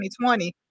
2020